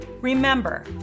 Remember